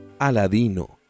Aladino